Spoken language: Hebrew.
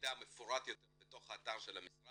למידע המפורט יותר בתוך האתר של המשרד,